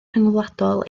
rhyngwladol